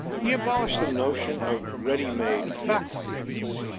he abolished the notion of ready-made faculties,